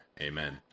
Amen